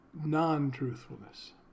non-truthfulness